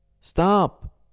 Stop